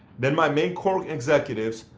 then my main core executives,